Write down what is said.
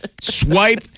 Swipe